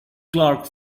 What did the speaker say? clark